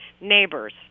Neighbors